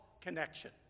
connection